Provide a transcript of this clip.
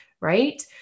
Right